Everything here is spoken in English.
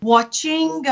Watching